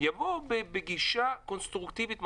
יבוא בגישה קונסטרוקטיבית.